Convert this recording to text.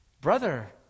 Brother